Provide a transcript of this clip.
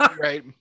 right